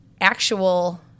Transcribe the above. actual